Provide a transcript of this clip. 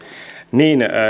niin